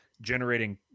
generating